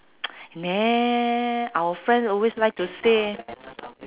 neh our friend always like to say